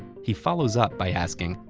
he follows up by asking,